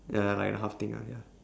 ya like the half thing ah ya